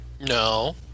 No